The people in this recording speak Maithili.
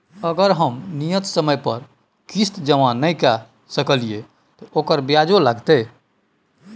अगर हम नियत समय पर किस्त जमा नय के सकलिए त ओकर ब्याजो लगतै?